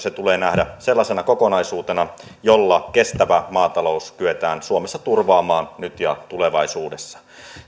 tulee nähdä sellaisena kokonaisuutena jolla kestävä maatalous kyetään suomessa turvaamaan nyt ja tulevaisuudessa